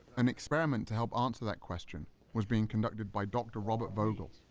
an experiment to help answer that question was being conducted by dr. robert vogel,